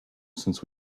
since